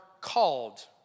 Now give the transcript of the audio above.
called